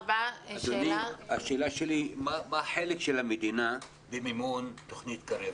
מה החלק של המדינה במימון תוכנית קרב?